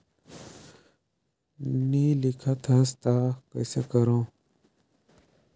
नी लिखत हस ता कइसे करू?